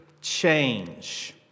change